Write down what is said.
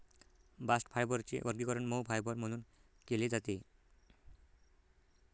bast फायबरचे वर्गीकरण मऊ फायबर म्हणून केले जाते